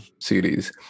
series